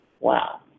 Wow